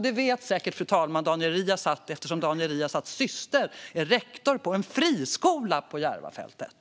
Det vet säkert Daniel Riazat, eftersom hans syster är rektor på en friskola på Järvafältet.